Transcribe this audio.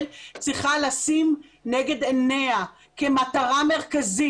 צריכה לשים לנגד עיניה כמטרה מרכזית.